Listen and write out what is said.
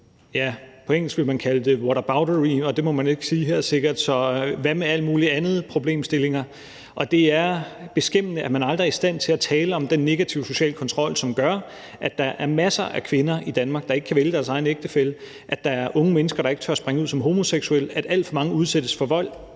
På engelsk ville man kalde det whataboutery, og det må man sikkert ikke sige her, men hvad så med alle mulige andre problemstillinger? Det er beskæmmende, at man aldrig er i stand til at tale om den negative sociale kontrol, som gør, at der er masser af kvinder i Danmark, der ikke kan vælge deres egen ægtefælle, at der er unge mennesker, der ikke tør springe ud som homoseksuel, at alt for mange udsættes for vold,